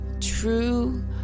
true